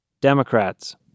democrats